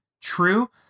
true